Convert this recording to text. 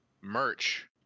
merch